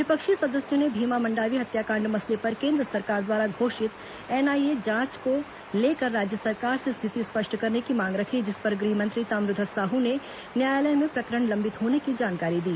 विपक्षी सदस्यों ने भीमा मंडावी हत्याकांड मसले पर केंद्र सरकार द्वारा घोषित एनआईए जांच को लेकर राज्य सरकार से स्थिति स्पष्ट करने की मांग रखी जिस पर गृहमंत्री ताम्रध्यज साहू ने न्यायालय में प्रकरण लंबित होने की जानकारी दी